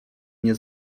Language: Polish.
nie